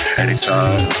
anytime